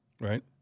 Right